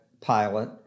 pilot